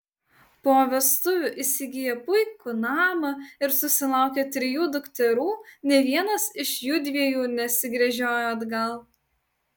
po vestuvių įsigiję puikų namą ir susilaukę trijų dukterų nė vienas iš jųdviejų nesigręžiojo atgal